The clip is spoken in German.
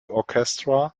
orchestra